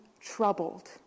troubled